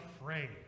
afraid